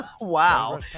wow